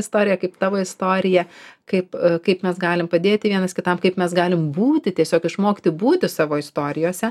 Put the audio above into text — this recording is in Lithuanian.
istorija kaip tavo istorija kaip kaip mes galim padėti vienas kitam kaip mes galim būti tiesiog išmokti būti savo istorijose